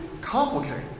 complicated